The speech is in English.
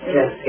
Yes